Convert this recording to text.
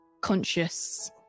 conscious